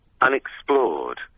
unexplored